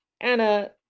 Anna